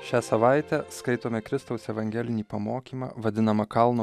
šią savaitę skaitome kristaus evangelinį pamokymą vadinamą kalno